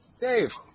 Dave